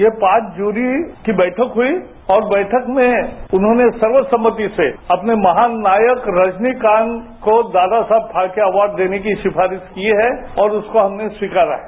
ये पांच जूरी की बैठक हुई और बैठक में उन्होंने सर्व सम्माति से अपने महानायक रजनीकांत को दादा साहब फ़ाल्के अवार्ड देने की सिफ़ारीश की है और उसको हमने स्वीकारा है